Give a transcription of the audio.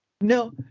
No